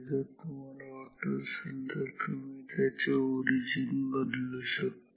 जर तुम्हाला वाटत असेल तर तुम्ही त्याची ओरिजिन बदलू शकता